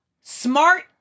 smart